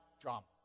drama